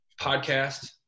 podcast